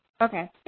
Okay